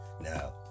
Now